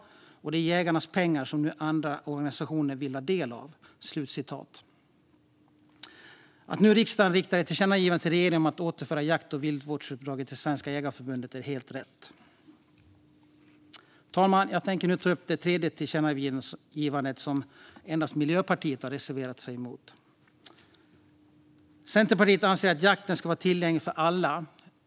Det är jägarnas pengar som nu andra organisationer vill ha del av." Att riksdagen nu riktar ett tillkännagivande till regeringen om att återföra jakt och viltvårdsuppdraget till Svenska Jägareförbundet är helt rätt. Fru talman! Jag tänker nu ta upp det tredje tillkännagivandet, som endast Miljöpartiet har reserverat sig mot. Centerpartiet anser att jakten ska vara tillgänglig för alla.